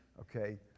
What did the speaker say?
Okay